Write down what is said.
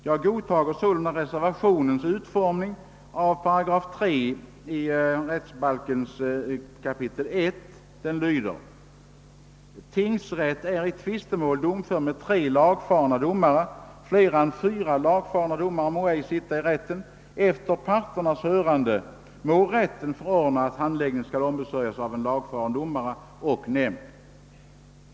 Jag godtar sålunda reservationens utformning av 1 kap. 3 § i rättegångsbalken som lyder: »Tingsrätt är i tvistemål domför med tre lagfarna domare. Flera än fyra lagfarna domare må ej sitta i rätten. Efter parternas hörande må rätten förordna, att handläggningen skall ombesörjas av en lagfaren domare och nämnd.